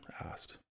asked